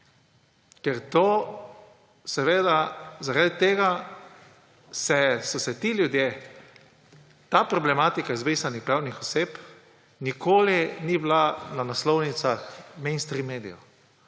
nič ne zgodi. Zaradi tega ti ljudje, ta problematika izbrisanih pravnih oseb nikoli ni bila na naslovnicah mainstream medijev,